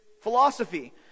philosophy